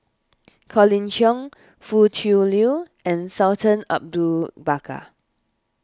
Colin Cheong Foo Tui Liew and Sultan Bakar